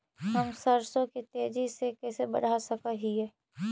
हम सरसों के तेजी से कैसे बढ़ा सक हिय?